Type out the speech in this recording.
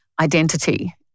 identity